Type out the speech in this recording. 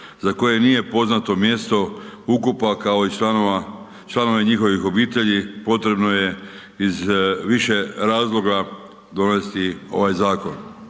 za koje nije poznato mjesto ukopa, kao i članove njihovih obitelji, potrebno je iz više razloga donijeti ovaj zakon.